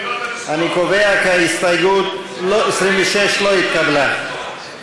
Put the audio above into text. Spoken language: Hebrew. אני קובע כי הסתייגות 26 לא התקבלה.